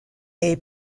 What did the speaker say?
est